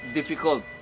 difficult